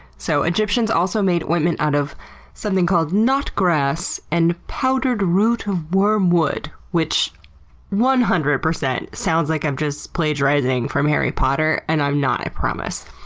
so egyptians also made ointment out of something called knotgrass and powdered root of wormwood, which one hundred percent sounds like i'm just plagiarizing from harry potter, and i'm not, i promise.